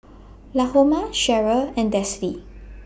Lahoma Sherryl and Dessie